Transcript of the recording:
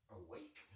awake